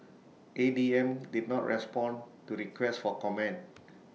A D M did not respond to requests for comment